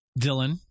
Dylan